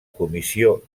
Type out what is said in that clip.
comissió